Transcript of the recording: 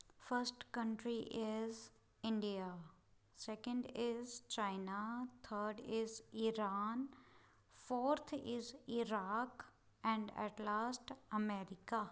first country is India second is China third is Iran fourth is Iraq and at last America